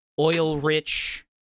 oil-rich